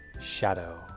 Shadow